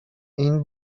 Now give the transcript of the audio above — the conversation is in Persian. این